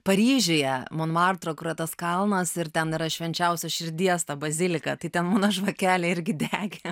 paryžiuje monmartro kur yra tas kalnas ir ten yra švenčiausios širdies bazilika tai ten mano žvakelė irgi degė